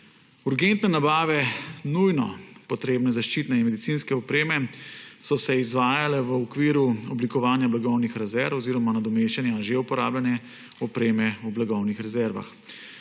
»Urgentne nabave nujno potrebne zaščitne in medicinske opreme so se izvajale v okviru oblikovanja blagovnih rezerv oziroma nadomeščanja že uporabljene opreme v blagovnih rezervah.